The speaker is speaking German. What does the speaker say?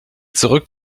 zurück